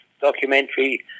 documentary